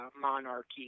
monarchy